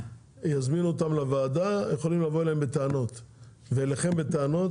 יזמינו אותם לוועדה ויכולים לבוא אליהם ואליכם בטענות,